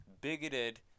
bigoted